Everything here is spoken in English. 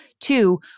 Two